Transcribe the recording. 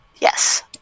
Yes